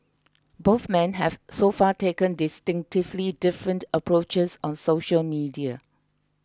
both men have so far taken distinctively different approaches on social media